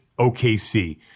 OKC